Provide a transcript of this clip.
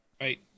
right